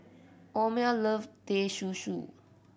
Omer love Teh Susu